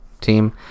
team